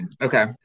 Okay